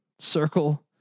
Circle